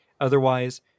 Otherwise